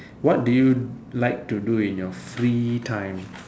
what did you like to do in your free time